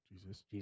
Jesus